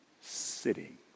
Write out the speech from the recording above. sitting